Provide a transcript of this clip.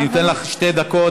אני אתן לך שתי דקות.